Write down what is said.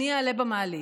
אני אעלה במעלית.